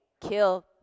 kill